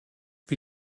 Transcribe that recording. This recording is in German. wie